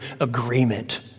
agreement